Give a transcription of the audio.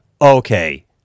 Okay